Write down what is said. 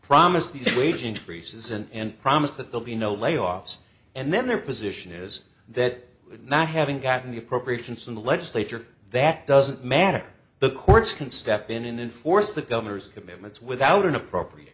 promised wage increases and promised that they'll be no layoffs and then their position is that not having gotten the appropriations in the legislature that doesn't matter the courts can step in and enforce the governor's commitments without an appropriat